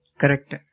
Correct